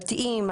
הדתיים,